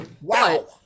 wow